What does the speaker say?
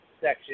Section